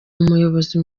umuyobozi